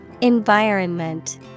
Environment